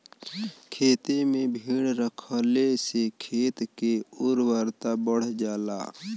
खेते में भेड़ रखले से खेत के उर्वरता बढ़ जाला